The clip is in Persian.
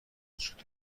وجود